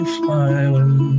smiling